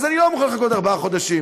אז אני לא מוכן לחכות ארבעה חודשים.